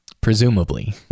presumably